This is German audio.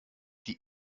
die